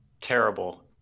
terrible